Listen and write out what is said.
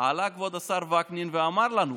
עלה כבוד השר וקנין ואמר לנו: